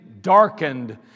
darkened